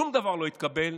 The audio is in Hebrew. שום דבר לא התקבל.